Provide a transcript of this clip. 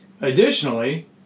Additionally